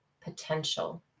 potential